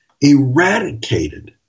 eradicated